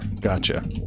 Gotcha